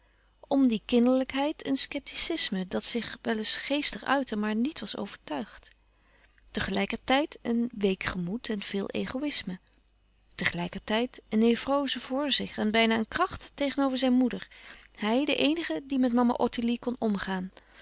om die kinderlijkheid een scepticisme dat zich wel eens geestig uitte maar niet was overtuigd te gelijker tijd een week gemoed en veel egoïsme te gelijker tijd een nevroze voor zich en bijna een kracht tegenover zijn moeder hij de eenige die met mama ottilie kon omgaan